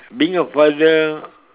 being a father